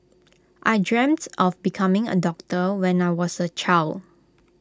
I dreamt of becoming A doctor when I was A child